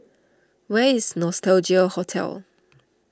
where is Nostalgia Hotel